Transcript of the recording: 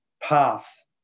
path